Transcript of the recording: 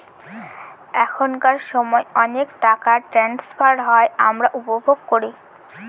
এখনকার সময় অনেক টাকা ট্রান্সফার হয় আমরা উপভোগ করি